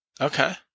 Okay